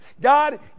God